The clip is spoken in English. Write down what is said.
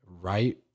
right